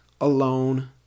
alone